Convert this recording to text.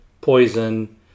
poison